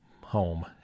home